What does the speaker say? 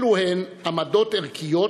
אלו הן עמדות ערכיות,